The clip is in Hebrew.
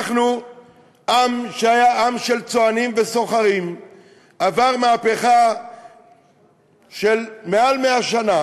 אנחנו עם שהיה עם של צוענים וסוחרים ועבר מהפכה של מעל 100 שנה